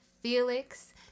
Felix